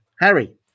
harry